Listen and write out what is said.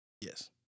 Yes